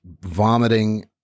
vomiting